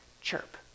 chirp